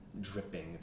dripping